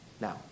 Now